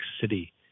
City